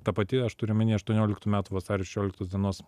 ta pati aš turiu omeny aštuonioliktų metų vasario šešioliktos dienos